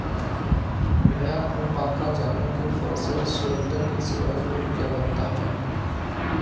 भैया अलपाका जानवर के फर से स्वेटर के सिवाय और क्या बनता है?